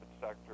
sector